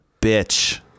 bitch